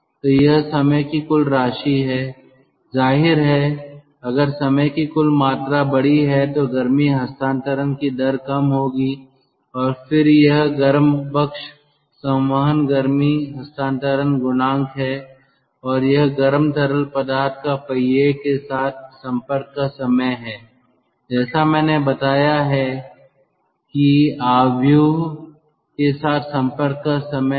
तो यह समय की कुल राशि है जाहिर है अगर समय की कुल मात्रा बड़ी है तो गर्मी हस्तांतरण की दर कम होगी और फिर यह गर्म पक्ष संवहन गर्मी हस्तांतरण गुणांक है और यह गर्म तरल पदार्थ का पहिया के साथ संपर्क का समय है जैसा मैंने बताया है या मैट्रिक्स के साथ संपर्क का समय है